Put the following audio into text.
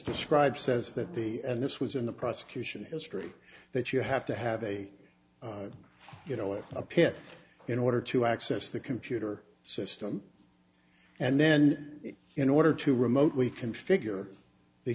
described says that the and this was in the prosecution history that you have to have a you know it appears in order to access the computer system and then in order to remotely configure the